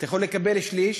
אתה יכול לקבל שליש,